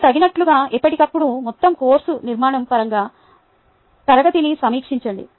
మరియు తగినట్లుగా ఎప్పటికప్పుడు మొత్తం కోర్సు నిర్మాణం పరంగా తరగతిని సమీక్షించండి